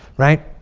right?